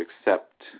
accept